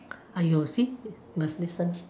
!aiyo! see must listen